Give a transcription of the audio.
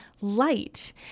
light